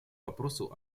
вопросу